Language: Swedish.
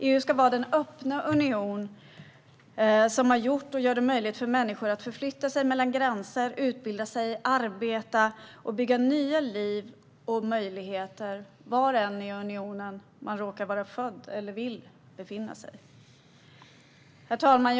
EU ska vara den öppna union som har gjort och gör det möjligt för människor att förflytta sig över gränser, utbilda sig, arbeta och bygga nya liv och möjligheter - oavsett var i unionen man råkar vara född eller vill befinna sig. Herr talman!